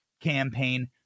campaign